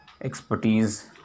expertise